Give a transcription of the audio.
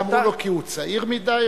את זה אמרו לו כי הוא צעיר מדי?